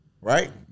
right